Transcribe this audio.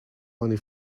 money